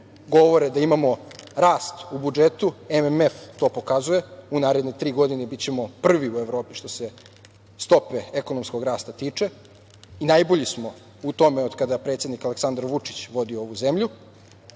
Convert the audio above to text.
govore da imamo rast u budžetu, MMF to pokazuje. U naredne tri godine bićemo prvi u Evropi što se stope ekonomskog rasta tiče i najbolji smo u tome otkad predsednik Aleksandar Vučić vodi ovu zemlju. Kada